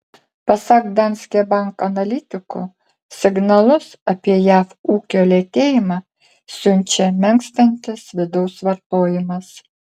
pasak danske bank analitikų signalus apie jav ūkio lėtėjimą siunčia menkstantis vidaus vartojimas